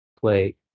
play